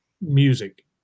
music